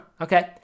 Okay